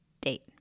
date